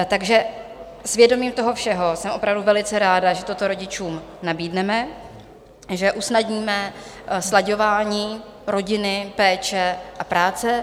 Takže s vědomím toho všeho jsem opravdu velice ráda, že toto rodičům nabídneme, že usnadníme slaďování rodiny, péče a práce.